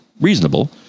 reasonable